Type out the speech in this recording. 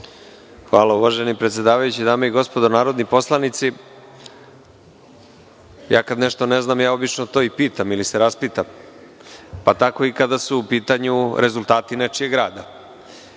Hvala uvaženi predsedavajući. Dame i gospodo narodni poslanici, kada nešto ne znam, ja to obično i pitam ili se raspitam, pa tako i kada su u pitanju rezultati nečijeg rada. Još